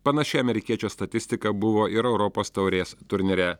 panašiai amerikiečio statistika buvo ir europos taurės turnyre